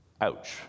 Ouch